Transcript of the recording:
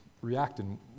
reacting